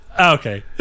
Okay